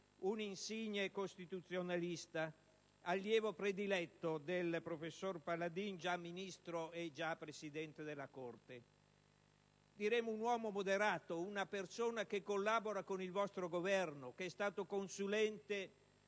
un insigne costituzionalista, allievo prediletto del professor Paladin, già Ministro e già Presidente della Corte. Diremmo un uomo moderato, una persona che collabora con il vostro Governo, che è stata consulente